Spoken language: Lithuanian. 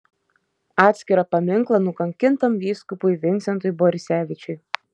atskirą paminklą nukankintam vyskupui vincentui borisevičiui